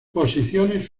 posiciones